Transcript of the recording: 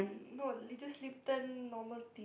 no just Lipton normal tea